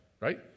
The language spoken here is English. right